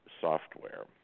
Software